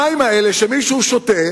המים שמישהו שותה